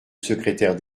secrétaire